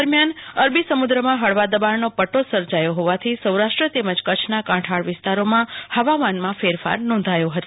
દરમ્યાન અરબી સમુ દ્રમા હળવા દબાણનો પદ્દો સર્જાયો હોવાથી સૌરાષ્ટ્ર તેમજ કચ્છના કાંઠળ વિસ્તારોમાં હવામાનમાં ફેર ફાર નોંધા યો હતો